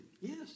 Yes